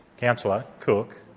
councillor cook!